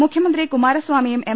മുഖ്യമന്ത്രി കുമാരസ്വാമിയും എം